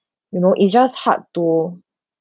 you know it's just hard to